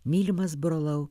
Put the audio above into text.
mylimas brolau